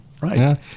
Right